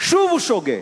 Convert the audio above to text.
שוב הוא שוגה,